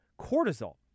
cortisol